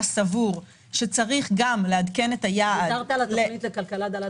סבור שצריך גם לעדכן את היעד --- כשרה ויתרת על התוכנית לכלכלה דלת